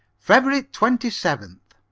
feb. twenty seventh.